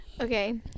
Okay